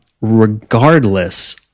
Regardless